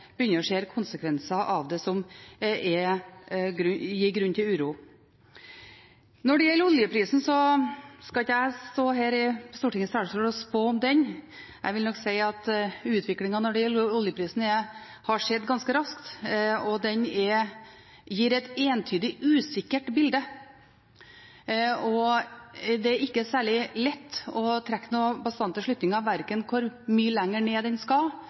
begynner også å se konsekvenser av det som gir grunn til uro. Når det gjelder oljeprisen, skal ikke jeg stå her på Stortingets talerstol og spå om den. Jeg vil nok si at utviklingen når det gjelder oljeprisen, har skjedd ganske raskt, og den gir et entydig usikkert bilde. Det er ikke særlig lett å trekke noen bastante slutninger verken om hvor mye lenger ned den skal,